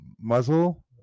muzzle